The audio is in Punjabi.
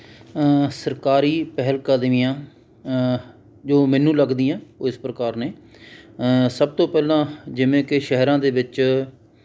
ਸਰਕਾਰੀ ਪਹਿਲਕਦਮੀਆਂ ਜੋ ਮੈਨੂੰ ਲੱਗਦੀਆਂ ਉਹ ਇਸ ਪ੍ਰਕਾਰ ਨੇ ਸਭ ਤੋਂ ਪਹਿਲਾਂ ਜਿਵੇਂ ਕਿ ਸ਼ਹਿਰਾਂ ਦੇ ਵਿੱਚ